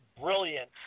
brilliant